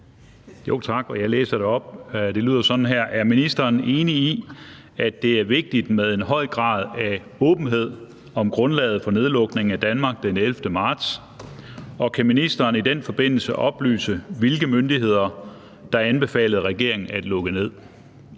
Er ministeren enig i, at det er vigtigt med en høj grad af åbenhed om grundlaget for nedlukningen af Danmark den 11. marts, og kan ministeren i den forbindelse oplyse, hvilke myndigheder der anbefalede regeringen at lukke ned?